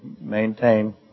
maintain